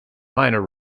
minor